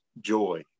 joy